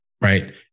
right